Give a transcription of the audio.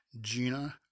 Gina